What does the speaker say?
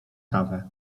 kawę